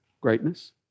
greatness